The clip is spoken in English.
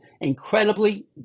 incredibly